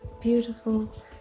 beautiful